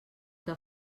que